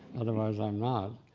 otherwise i'm not.